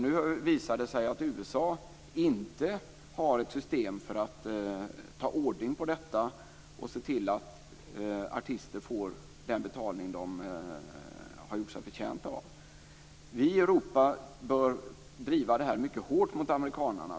Nu visar det sig dock att USA inte har ett system för att hålla ordning på detta och se till att artister får den betalning de har gjort sig förtjänta av. Vi i Europa bör driva det här mycket hårt mot amerikanerna.